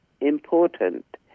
important